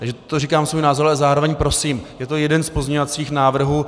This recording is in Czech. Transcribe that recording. Takže to říkám svůj názor, ale zároveň prosím, je to jeden z pozměňovacích návrhů.